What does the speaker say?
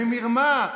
במרמה,